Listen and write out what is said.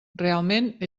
realment